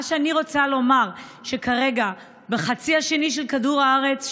מה שאני רוצה לומר הוא שכרגע בחצי השני של כדור הארץ,